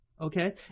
Okay